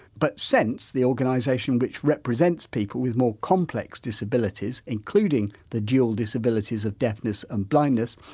but sense, the organisation which represents people with more complex disabilities, including the dual disabilities of deafness and blindness,